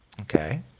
Okay